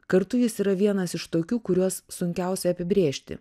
kartu jis yra vienas iš tokių kuriuos sunkiausia apibrėžti